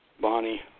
Bonnie